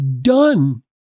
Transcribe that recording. done